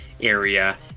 area